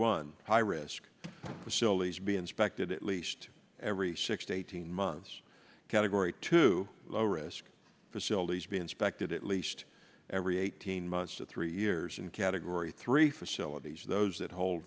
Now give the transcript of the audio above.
one high risk sillies be inspected at least every six to eighteen months category two low risk facilities be inspected at least every eighteen months to three years and category three facilities those that hol